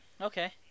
okay